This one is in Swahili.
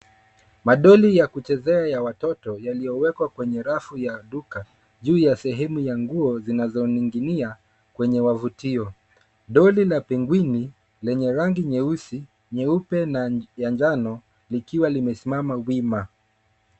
Madoli ya kuchezea ya watoto yaliyowekwa kwenye rafu ya duka, juu ya sehemu ya nguo zinazoning'inia kwenye wavutio. Doli na pengwini lenye rangi nyeusi, nyeupe na ya njano likiwa limesimama wima.